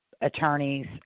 attorneys